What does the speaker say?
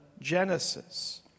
Genesis